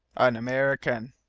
an american.